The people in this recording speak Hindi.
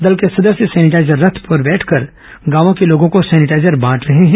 दल के सदस्य सैनिटाईजर रथ में बैठकर गांवों के लोगों को सैनिटाईजर बांटे रहे हैं